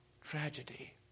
tragedy